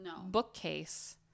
bookcase